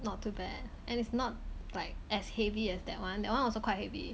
not too bad and it's not like as heavy as that one that one also quite heavy